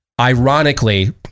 ironically